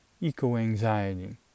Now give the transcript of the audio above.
eco-anxiety